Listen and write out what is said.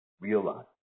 realize